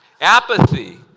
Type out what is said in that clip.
Apathy